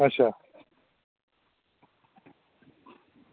अच्छा